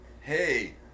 Hey